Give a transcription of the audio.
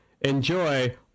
Enjoy